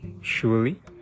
surely